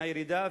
מהירידה,